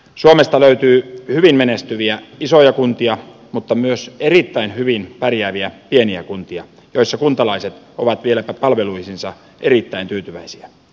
suomesta löytyy hyvin menestyviä isoja kuntia mutta myös erittäin hyvin pärjääviä pieniä kuntia joissa kuntalaiset ovat vieläpä palveluihinsa erittäin tyytyväisiä